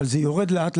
יורדים.